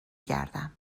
گردم